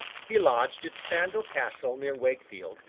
he lodged at sandal castle, near wakefield,